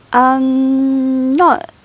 um not